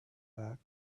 back